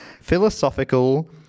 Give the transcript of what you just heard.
philosophical –